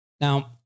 Now